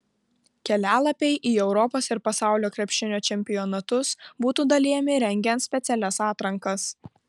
kelialapiai į europos ir pasaulio krepšinio čempionatus būtų dalijami rengiant specialias atrankas